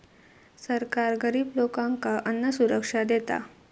सरकार गरिब लोकांका अन्नसुरक्षा देता